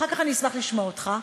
אחר כך אני אשמח לשמוע אותך,